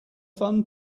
fun